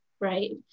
right